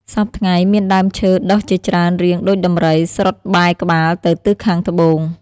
សព្វថ្ងៃ មានដើមឈើដុះជាច្រើនរាងដូចដំរីស្រុតបែរក្បាលទៅទិសខាងត្បូង ។